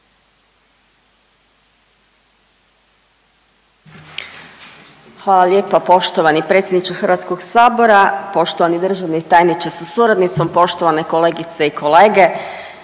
Hvala lijepa poštovani predsjedniče Hrvatskog sabora, poštovani državni tajniče sa suradnicom, poštovane kolegice i kolege.